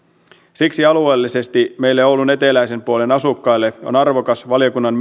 siksi alueellisesti meille oulun eteläisen puolen asukkaille on arvokas valiokunnan